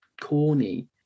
corny